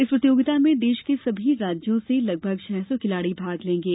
इस प्रतियोगिता में देश के सभी राज्यों से लगभग छह सौ खिलाड़ी भाग लेंगे